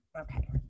Okay